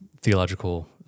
theological